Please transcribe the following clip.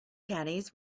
caddies